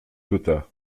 gotha